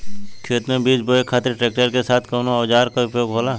खेत में बीज बोए खातिर ट्रैक्टर के साथ कउना औजार क उपयोग होला?